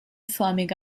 förmige